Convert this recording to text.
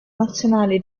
nazionale